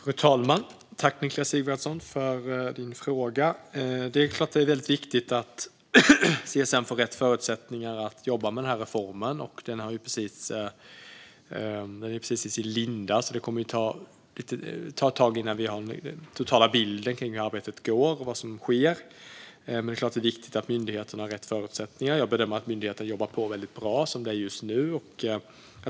Fru talman! Tack, Niklas Sigvardsson, för din fråga! Det är väldigt viktigt att CSN får rätt förutsättningar att jobba med reformen. Den är precis i sin linda. Det kommer att ta ett tag innan vi har den totala bilden av hur arbetet går och vad som sker. Det är klart att det är viktigt att myndigheterna har rätt förutsättningar. Jag bedömer att myndigheterna jobbar på väldigt bra just nu.